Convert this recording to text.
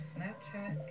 Snapchat